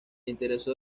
interesó